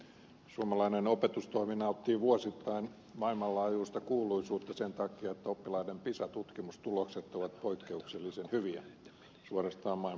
suomalainen opetustoimi nauttii vuosittain maailmanlaajuista kuuluisuutta sen takia että oppilaiden pisa tutkimustulokset ovat poikkeuksellisen hyviä suorastaan maailman huippua